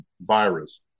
virus